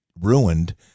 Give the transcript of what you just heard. ruined